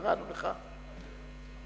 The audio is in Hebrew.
קראנו לך,